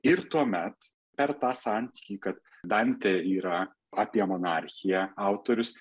ir tuomet per tą santykį kad dantė yra apie monarchiją autorius